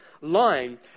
line